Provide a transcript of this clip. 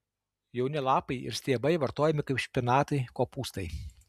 jauni lapai ir stiebai vartojami kaip špinatai kopūstai